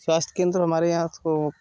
स्वास्थ्य केंद्र हमारे यहाँ तो